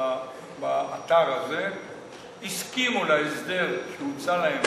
באתר הזה הסכימו להסדר שהוצע להם